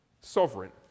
Sovereign